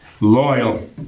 loyal